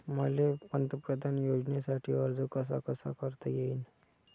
मले पंतप्रधान योजनेसाठी अर्ज कसा कसा करता येईन?